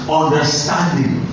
understanding